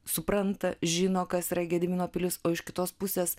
supranta žino kas yra gedimino pilis o iš kitos pusės